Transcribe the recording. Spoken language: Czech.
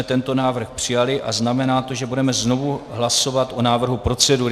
Tento návrh jsme přijali a znamená to, že budeme znova hlasovat o návrhu procedury.